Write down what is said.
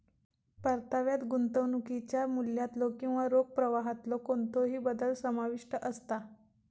परताव्यात गुंतवणुकीच्या मूल्यातलो किंवा रोख प्रवाहातलो कोणतोही बदल समाविष्ट असता